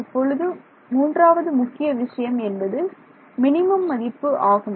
இப்பொழுது மூன்றாவது முக்கிய விஷயம் என்பது மினிமம் மதிப்பு ஆகும்